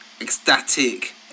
ecstatic